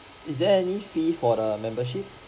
is there any fee for the membership